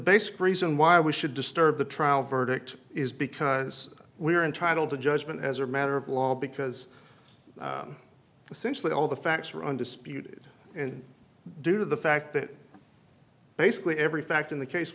basic reason why we should disturb the trial verdict is because we are entitled to judgment as a matter of law because essentially all the facts are undisputed and due to the fact that basically every fact in the case